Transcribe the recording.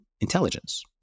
intelligence